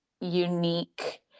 unique